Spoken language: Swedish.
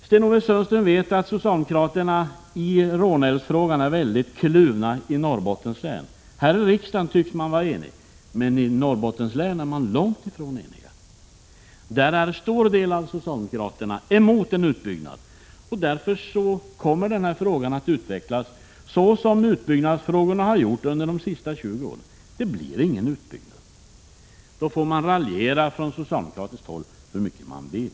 Sten-Ove Sundström vet att socialdemokraterna i Norrbottens län är väldigt kluvna i Råneälvsfrågan. Här i riksdagen tycks de vara eniga, men det är de långt ifrån i Norrbottens län. Där är en stor del av socialdemokraterna emot en utbyggnad. Därför kommer den här frågan att utvecklas så som utbyggnadsfrågorna har gjort under de senaste 20 åren: det blir ingen utbyggnad. Då må man från socialdemokratiskt håll raljera hur mycket man vill.